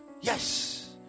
Yes